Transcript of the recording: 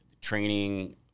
training